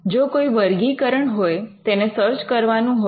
જો કોઈ વર્ગીકરણ હોય તેને સર્ચ કરવાનું હોય